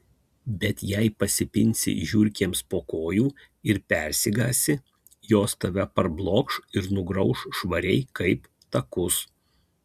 bet jei pasipinsi žiurkėms po kojų ir persigąsi jos tave parblokš ir nugrauš švariai kaip takus